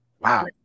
Wow